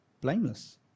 Blameless